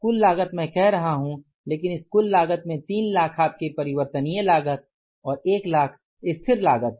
कुल लागत मैं कह रहा हूं लेकिन इस कुल लागत में 3 लाख आपके परिवर्तनीय लागत और 1 लाख स्थिर लागत है